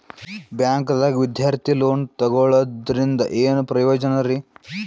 ಬ್ಯಾಂಕ್ದಾಗ ವಿದ್ಯಾರ್ಥಿ ಲೋನ್ ತೊಗೊಳದ್ರಿಂದ ಏನ್ ಪ್ರಯೋಜನ ರಿ?